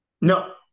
no